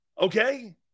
Okay